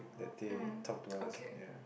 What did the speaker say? um okay